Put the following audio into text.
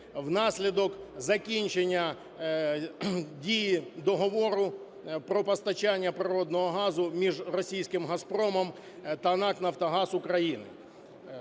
внаслідок закінчення дій договору про постачання природного газу між російським "Газпромом" та НАК "Нафтогаз України".